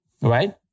Right